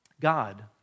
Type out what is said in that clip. God